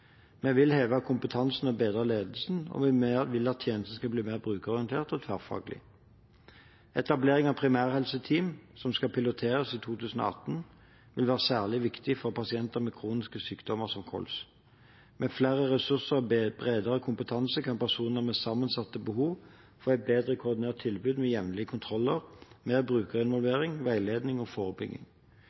Vi vil heve kompetansen og bedre ledelsen, og vi vil at tjenesten skal bli mer brukerorientert og tverrfaglig. Etablering av primærhelseteam, som skal piloteres i 2018, vil være særlig viktig for pasienter med kroniske sykdommer som kols. Med flere ressurser og bredere kompetanse kan personer med sammensatte behov få et bedre koordinert tilbud med jevnlige kontroller, mer brukerinvolvering, veiledning og forebygging.